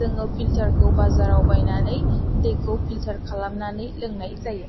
जोङो फिल्टारखौ बाजाराव बायनानै दैखौ फिल्टार खालामनानै लोंनाय जायो